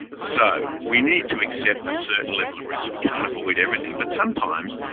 so we need to accept the certain level of risk. we can't avoid everything, but sometimes,